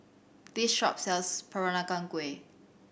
this shop sells Peranakan Kueh